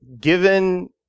given